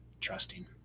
trusting